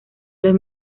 los